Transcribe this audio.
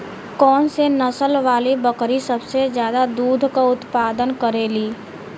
कौन से नसल वाली बकरी सबसे ज्यादा दूध क उतपादन करेली?